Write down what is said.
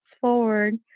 forward